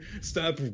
Stop